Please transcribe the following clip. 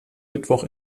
mittwoch